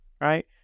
Right